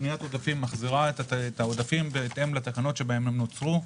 פניית עודפים מחזירה את העודפים בהתאם לתקנות שבהן הם נוצרו.